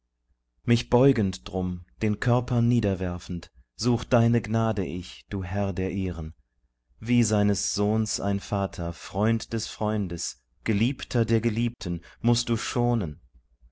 mich beugend drum den körper niederwerfend such deine gnade ich du herr der ehren wie seines sohns ein vater freund des freundes geliebter der geliebten mußt du schonen